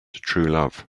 truelove